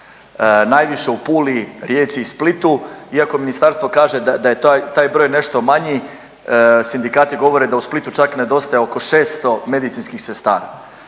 Najviše u Puli, Rijeci i Splitu iako Ministarstvo kaže da je taj broj nešto manji, sindikati govore da u Splitu čak nedostaje oko 600 medicinskih sestara.